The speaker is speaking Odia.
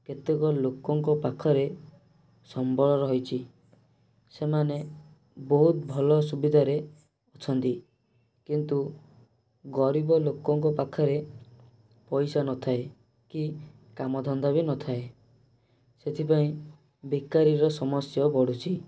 କେତେକ ଲୋକଙ୍କ ପାଖରେ ସମ୍ବଳ ରହିଛି ସେମାନେ ବହୁତ ଭଲ ସୁବିଧା ରେ ଅଛନ୍ତି କିନ୍ତୁ ଗରୀବ ଲୋକଙ୍କ ପାଖରେ ପଇସା ନଥାଏ କି କାମଧନ୍ଦା ବି ନଥାଏ ସେଥିପାଇଁ ବେକାରୀ ର ସମସ୍ୟା ବଢ଼ୁଛି